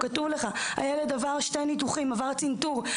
כתוב לו שהילד עבר שני ניתוחים ועבר צנתור,